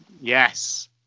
Yes